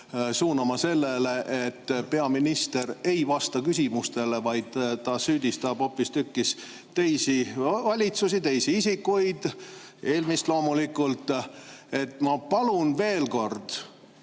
suunama sellele, et peaminister ei vasta küsimustele, vaid süüdistab hoopistükkis teisi valitsusi, teisi isikuid, eelmist [valitsust] loomulikult. Ma palun veel kord: